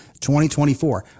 2024